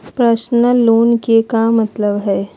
Personal loan के का मतलब हई?